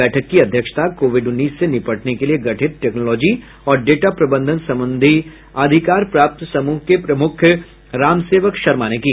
बैठक की अध्यक्षता कोविड उन्नीस से निपटने के लिए गठित टेक्नॉलोजी और डेटा प्रबंधन संबंधी अधिकार प्राप्त समूहों के प्रमुख रामसेवक शर्मा ने की